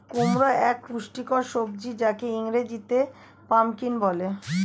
কুমড়ো এক পুষ্টিকর সবজি যাকে ইংরেজিতে পাম্পকিন বলে